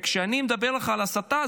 כשאני מדבר איתך על הסתה,